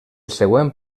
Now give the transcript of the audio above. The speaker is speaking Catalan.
següent